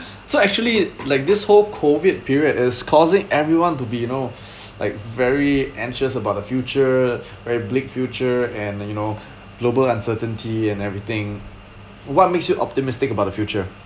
so actually like this whole COVID period is causing everyone to be you know like very anxious about the future very bleak future and you know global uncertainty and everything what makes you optimistic about the future